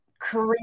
create